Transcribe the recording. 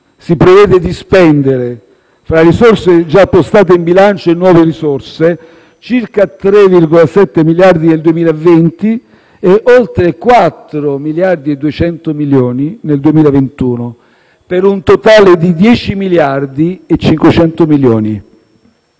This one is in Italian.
si prevede di spendere, fra risorse già appostate in bilancio e nuove risorse, circa 3,7 miliardi nel 2020 e oltre 4 miliardi e 200 milioni nel 2021, per un totale di 10 miliardi e 500 milioni.